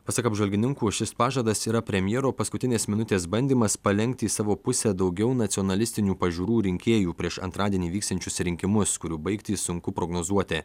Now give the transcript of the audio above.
pasak apžvalgininkų šis pažadas yra premjero paskutinės minutės bandymas palenkti į savo pusę daugiau nacionalistinių pažiūrų rinkėjų prieš antradienį vyksiančius rinkimus kurių baigtį sunku prognozuoti